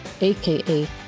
aka